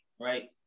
right